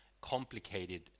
complicated